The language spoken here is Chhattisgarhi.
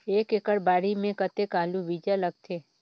एक एकड़ बाड़ी मे कतेक आलू बीजा लगथे?